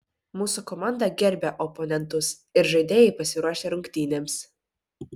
mūsų komanda gerbia oponentus ir žaidėjai pasiruošę rungtynėms